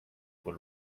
would